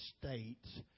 states